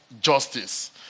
justice